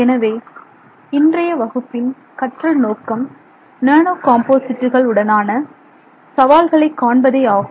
எனவே இன்றைய வகுப்பின் கற்றல் நோக்கம் நானோ காம்போசிட்டுகள் உடனான சவால்களை காண்பதே ஆகும்